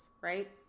right